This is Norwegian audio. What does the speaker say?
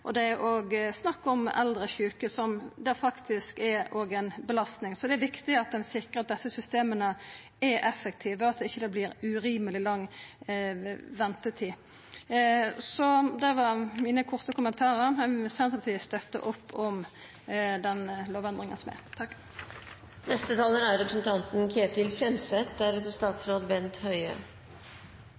er det òg snakk om eldre sjuke, som dette er ei belastning for. Så det er viktig at ein sikrar at desse systema er effektive, og at det ikkje vert urimeleg lang ventetid. Det var mine korte kommentarar. Senterpartiet støttar lovendringa. Venstre vil også støtte opp om